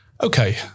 Okay